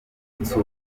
gutsura